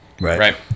Right